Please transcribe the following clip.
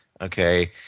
Okay